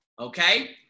okay